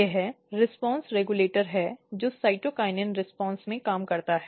यह प्रतिक्रिया नियामक है जो साइटोकिनिन प्रतिक्रिया में काम करता है